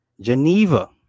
Geneva